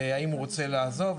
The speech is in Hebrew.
האם הוא רוצה לעזוב,